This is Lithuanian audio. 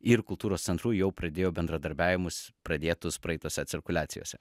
ir kultūros centrų jau pradėjo bendradarbiavimus pradėtus praeitose cirkuliacijose